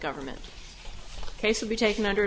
government case will be taken under